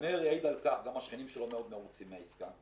גם מאיר יעיד על כך גם שהשכנים שלו מאוד מרוצים מהעסקה.